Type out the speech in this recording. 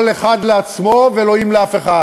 כל אחד לעצמו, ואלוהים לאף אחד.